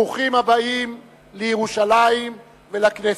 ברוכים הבאים לירושלים ולכנסת.